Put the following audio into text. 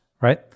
right